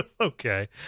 okay